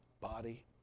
body